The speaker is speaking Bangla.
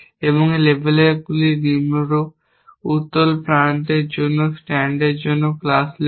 এবং লেবেলগুলি নিম্নরূপ উত্তল প্রান্তের জন্য স্ট্যান্ডের জন্য ক্লাস লেবেল